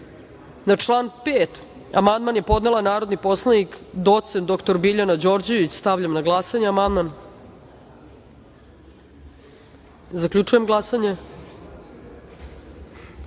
član 7. amandman je podnela narodni poslanik doc. dr Biljana Đorđević. Stavljam na glasanje amandman. Zaključujem glasanje: